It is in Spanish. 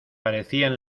parecían